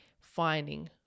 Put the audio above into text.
finding